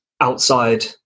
outside